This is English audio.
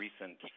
recent